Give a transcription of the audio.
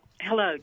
Hello